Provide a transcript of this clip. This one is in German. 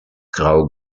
grau